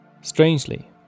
Strangely